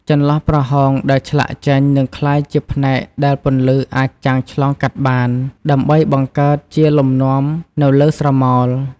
ចន្លោះប្រហោងដែលឆ្លាក់ចេញ នឹងក្លាយជាផ្នែកដែលពន្លឺអាចចាំងឆ្លងកាត់បាន ដើម្បីបង្កើតជាលំនាំនៅលើស្រមោល។